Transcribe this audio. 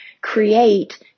create